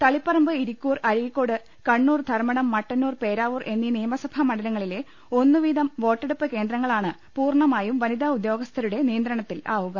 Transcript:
തളിപ്പറമ്പ് ഇരിക്കൂർ അഴീക്കോട് കണ്ണൂർ ധർമടം മട്ടന്നൂർ പേരാവൂർ എന്നീ നിയമസഭാ മണ്ഡലങ്ങളിലെ ഒന്നു വീതം വോട്ടെ ടുപ്പ് കേന്ദ്രങ്ങളാണ് പൂർണമായും വനിതാ ഉദ്യോഗസ്ഥരുടെ നിയ ന്ത്രണത്തിലാവുക